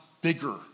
bigger